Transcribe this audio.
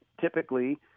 typically